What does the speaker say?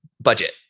budget